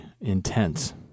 intense